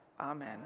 Amen